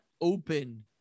open